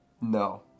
No